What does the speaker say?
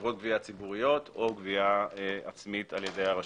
חברות גבייה ציבוריות או גבייה עצמית על ידי הרשות.